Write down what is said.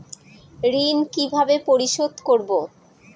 ঋণ কিভাবে পরিশোধ করব?